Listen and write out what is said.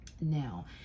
Now